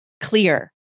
clear